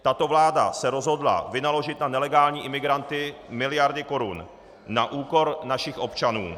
Tato vláda se rozhodla vynaložit na nelegální imigranty miliardy korun na úkor našich občanů.